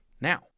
Now